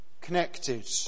connected